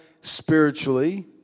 spiritually